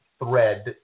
thread